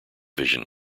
vision